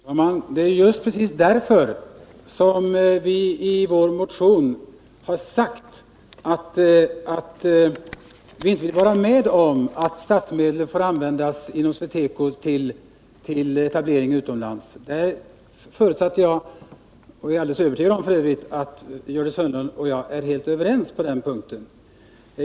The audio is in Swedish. Herr talman! Men det är just precis därför som vi i vår motion har sagt att vi inte vill vara med om att statsmedel till SweTeco används för etablering utomlands. Jag är övertygad om att Gördis Hörnlund och jag är helt överens på den punkten.